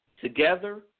together